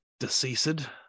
deceased